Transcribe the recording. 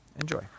enjoy